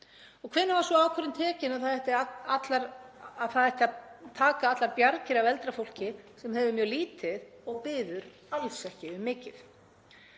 og hvenær var sú ákvörðun tekin að það ætti að taka allar bjargir af eldra fólki sem hefur mjög lítið og biður alls ekki um mikið?